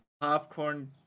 popcorn